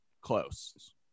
close